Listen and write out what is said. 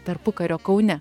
tarpukario kaune